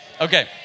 Okay